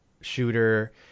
shooter